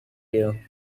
you